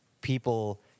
people